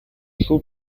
shoe